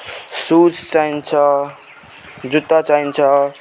shoes चाहिन्छ जुत्ता चाहिन्छ